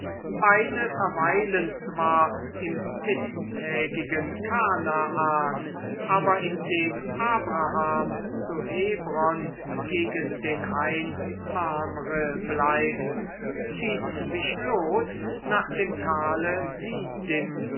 beide verweilen zwar im mittägigen kanaan aber indem abraham zu hebron gegen den hain mamre bleibt zieht sich lot nach dem tale siddim